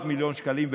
400 מיליון שקלים,